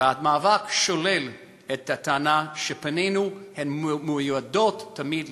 והמאבק שולל את הטענה שפנינו מיועדות תמיד לשלום.